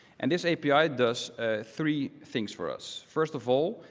and this api does three things for us. first of all,